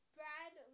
Brad